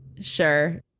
sure